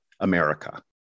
America